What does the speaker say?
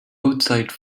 outside